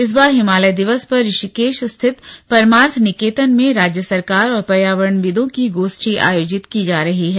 इस बार हिमालय दिवस पर ऋषिकेश स्थित परमार्थ निकेतन में राज्य सरकार और पर्यावरणविदों की गोष्ठी आयोजित की जा रही है